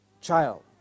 child